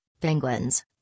penguins